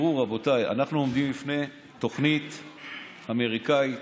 רבותיי, אנחנו עומדים בפני תוכנית אמריקנית,